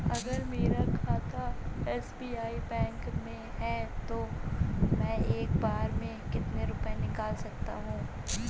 अगर मेरा खाता एस.बी.आई बैंक में है तो मैं एक बार में कितने रुपए निकाल सकता हूँ?